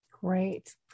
Great